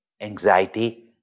anxiety